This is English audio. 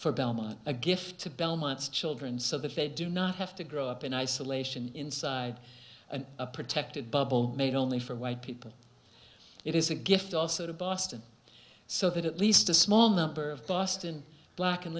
for belmont a gift to belmont's children so that they do not have to grow up in isolation inside an protected bubble made only for white people it is a gift also to boston so that at least a small number of boston black and